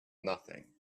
nothing